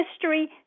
history